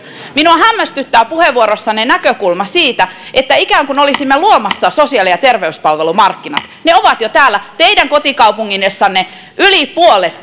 minua hämmästyttää puheenvuorossanne se näkökulma että ikään kuin olisimme luomassa sosiaali ja terveyspalvelumarkkinat ne ovat jo täällä teidän kotikaupungissanne yli puolet